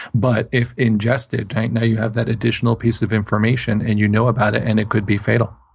but if ingested, now you have that additional piece of information. and you know about it, and it could be fatal.